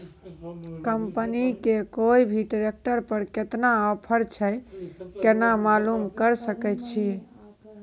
Company के कोय भी ट्रेक्टर पर केतना ऑफर छै केना मालूम करऽ सके छियै?